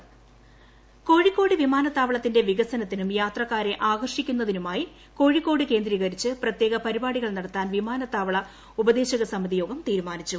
കോഴിക്കോട് വിമാനത്താവളം കോഴിക്കോട് വിമാനത്താവളത്തിന്റെ വികസനത്തിനും യാത്രക്കാ രെ ആകർഷിക്കുന്നതിനുമായികോഴിക്കോട് കേന്ദ്രീകരിച്ച് പ്രത്യേക പരിപാടികൾ നടത്താൻ വിമാനത്താവള ഉപദേശക സമിതി യോഗം തീരുമാനിച്ചു